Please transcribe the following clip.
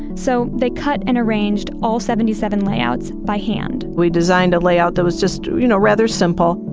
so they cut and arranged all seventy seven layouts by hand we designed a layout that was just you know, rather simple.